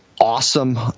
awesome